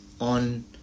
on